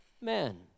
men